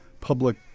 public